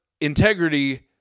integrity